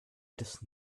des